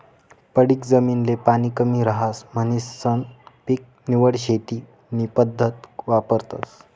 पडीक जमीन ले पाणी कमी रहास म्हणीसन पीक निवड शेती नी पद्धत वापरतस